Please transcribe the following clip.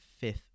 fifth